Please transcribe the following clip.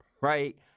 right